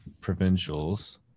provincials